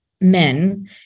men